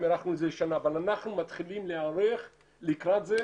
אנחנו עדיין מחכים לחנוכת העירייה החדשה,